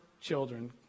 children